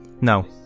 No